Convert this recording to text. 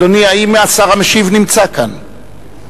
אדוני, האם השר המשיב נמצא כאן?